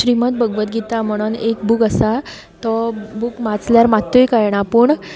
श्रीमत भगवत गीता म्हणून एक बूक आसा तो बूक वाचल्यार मात्तूय कळना पूण